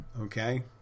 Okay